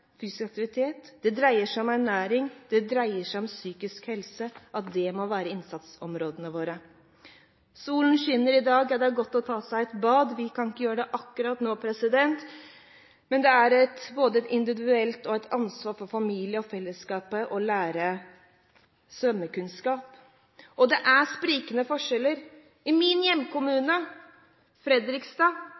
fysisk aktivitet, det dreier seg om ernæring, og det dreier seg om psykisk helse – det må være innsatsområdene våre. Solen skinner i dag. Det er godt å ta seg et bad. Vi kan ikke gjøre det akkurat nå. Det er et individuelt ansvar, for familien og for fellesskapet, at vi lærer oss å svømme. Det er store forskjeller. I min hjemkommune, Fredrikstad,